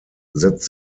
setzt